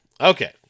Okay